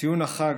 ציון החג,